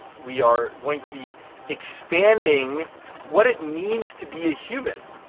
we are going to be expanding what it means to be a human.